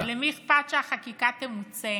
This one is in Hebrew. כי למי אכפת שהחקיקה תמוצה?